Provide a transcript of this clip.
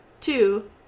Two